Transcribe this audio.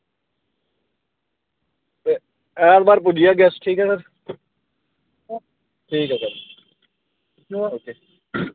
ऐतबार पुज्जी जागे अस ठीक ऐ सर ठीक ऐ सर